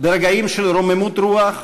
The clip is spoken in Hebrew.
ברגעים של רוממות רוח,